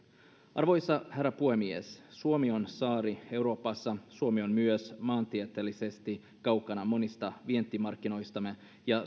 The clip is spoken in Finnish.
arvoisa herra puhemies suomi on saari euroopassa suomi on myös maantieteellisesti kaukana monista vientimarkkinoistamme ja